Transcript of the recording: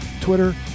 Twitter